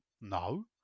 no